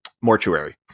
mortuary